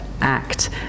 act